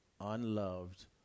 unloved